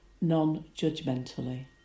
non-judgmentally